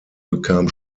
bekam